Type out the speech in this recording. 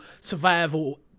survival